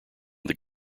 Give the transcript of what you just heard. that